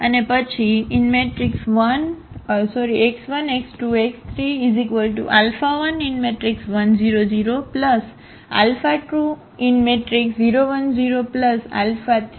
અને પછી આ x1 x2 x3 11 0 0 20 1 0 30 0 1